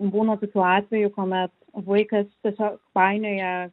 būna tokių atvejų kuomet vaikas tiesiog painioja